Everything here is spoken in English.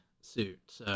suit